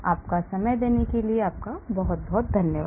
आपका समय देने के लिए आपका बहुत बहुत धन्यवाद